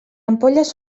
ampolles